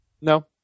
No